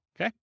okay